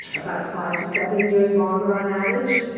about five to seven years longer on average.